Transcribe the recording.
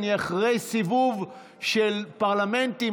אני אחרי סיבוב של פרלמנטים,